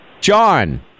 John